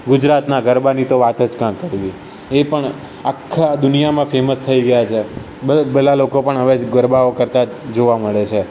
ગુજરાતના ગરબાની તો વાત જ ક્યાં કરવી એ પણ આખા દુનિયામાં ફેમસ થઈ ગયા છે ભલભલા લોકો પણ હવે ગરબાઓ કરતા જોવા મળે છે